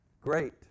great